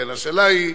השאלה היא,